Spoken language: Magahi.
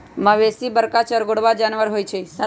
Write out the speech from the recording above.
मवेशी बरका चरगोरबा जानबर होइ छइ